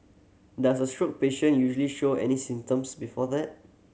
does a stroke patient usually show any symptoms before that